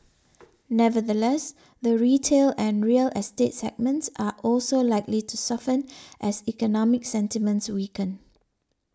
nevertheless the retail and real estate segments are also likely to soften as economic sentiments weaken